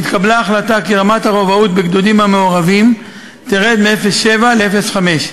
נתקבלה החלטה כי רמת הרובאות בגדודים המעורבים תרד מ-07 ל-05,